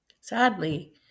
Sadly